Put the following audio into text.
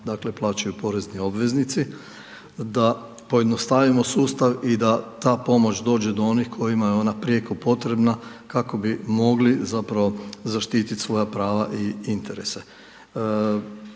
dakle, plaćaju porezni obveznici, da pojednostavimo sustav i da ta pomoć dođe do onih kojima je ona prijeko potrebna kako bi mogli zapravo zaštitit svoja prava i interese.